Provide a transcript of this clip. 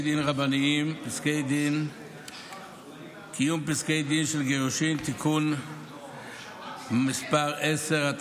הצעת חוק בתי דין רבניים (קיום פסקי דין של גירושין) (תיקון מס' 10),